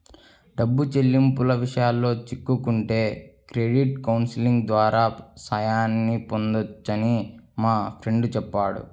డబ్బు చెల్లింపుల విషయాల్లో చిక్కుకుంటే క్రెడిట్ కౌన్సిలింగ్ ద్వారా సాయాన్ని పొందొచ్చని మా ఫ్రెండు చెప్పాడు